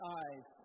eyes